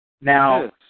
Now